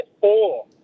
four